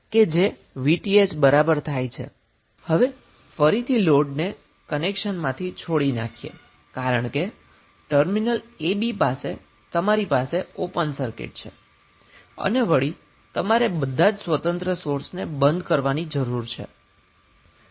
હવે ફરીથી લોડને કનેક્શન માંથી છોડી નાખીએ છીએ કારણ કે ટર્મિનલ a b પાસે તમારી પાસે ઓપન સર્કિંટ છે અને વળી તમારે બધા જ સ્વતંત્ર સોર્સને બંધ કરવા જરૂરી છે